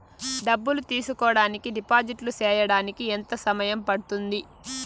డబ్బులు తీసుకోడానికి డిపాజిట్లు సేయడానికి ఎంత సమయం పడ్తుంది